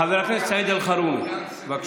חבר הכנסת סעיד אלחרומי, בבקשה.